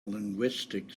linguistic